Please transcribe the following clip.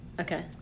okay